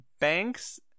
Banks